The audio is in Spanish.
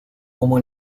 como